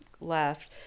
left